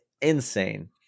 insane